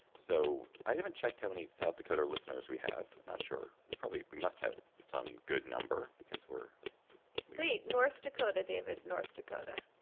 so i haven't checked how many south dakota listeners we have? not sure. we probably we must have some good number because we're way north dakota. david north dakota.